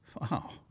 Wow